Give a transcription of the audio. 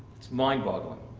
it's mind boggling.